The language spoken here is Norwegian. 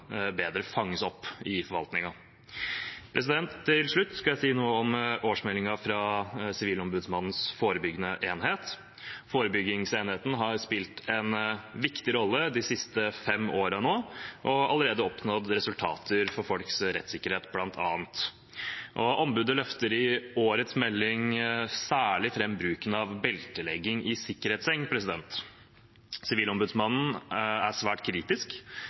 fanges bedre opp i forvaltningen. Til slutt skal jeg si noe om årsmeldingen fra Sivilombudsmannens forebyggende enhet. Forebyggingsenheten har spilt en viktig rolle de siste fem årene og allerede oppnådd resultater, bl.a. for folks rettssikkerhet. Ombudet løfter i årets melding særlig fram bruken av beltelegging i sikkerhetsseng. Sivilombudsmannen er svært kritisk